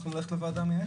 צריך ללכת לוועדה המייעצת.